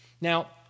Now